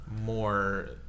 More